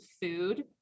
food